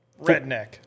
Redneck